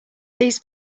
these